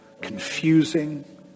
confusing